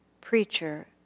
preacher